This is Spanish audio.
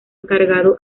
encargado